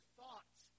thoughts